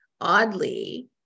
oddly